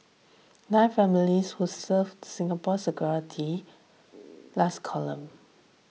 nine families who served Singapore's security last column